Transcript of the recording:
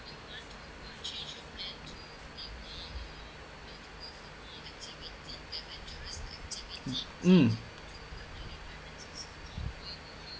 mm